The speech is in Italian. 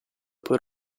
poi